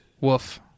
Woof